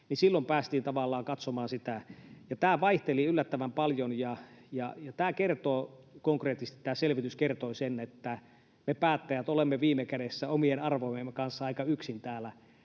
niin silloin päästiin tavallaan katsomaan sitä, ja tämä vaihteli yllättävän paljon. Tämä selvitys kertoi konkreettisesti sen, että me päättäjät olemme viime kädessä omien arvojemme kanssa aika yksin täällä